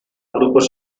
grupos